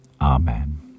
Amen